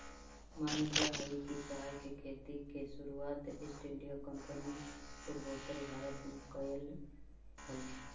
मानल जा हई कि चाय के खेती के शुरुआत ईस्ट इंडिया कंपनी पूर्वोत्तर भारत में कयलई हल